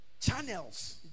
channels